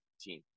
team